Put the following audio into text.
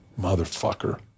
Motherfucker